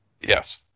Yes